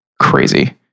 crazy